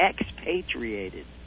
expatriated